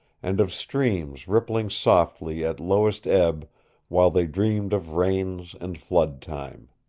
and of streams rippling softly at lowest ebb while they dreamed of rains and flood-time.